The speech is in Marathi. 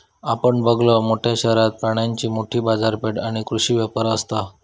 आपण बघलव, मोठ्या शहरात प्राण्यांची मोठी बाजारपेठ आणि कृषी व्यापार असता